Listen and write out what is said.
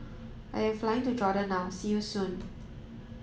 I am flying to Jordan now see you soon